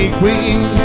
queen